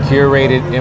Curated